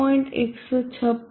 156 x 0